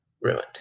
ruined